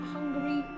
Hungary